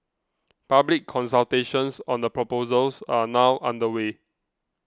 public consultations on the proposals are now underway